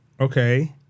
Okay